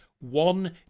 one